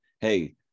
Hey